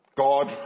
God